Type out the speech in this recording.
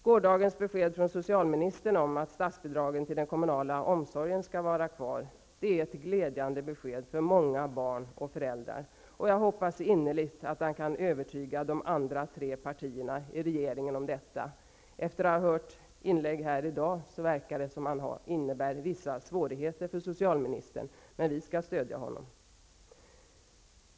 Gårdagens besked från socialministern om att statsbidragen till den kommunala barnomsorgen skall vara kvar är ett glädjande besked för många barn och föräldrar. Jag hoppas innerligt att han kan övertyga de tre andra partierna i regeringen om detta. Efter att ha hört vissa inlägg här i dag förefaller det mig som om han har vissa svårigheter i det avseendet. Men vi skall stödja honom.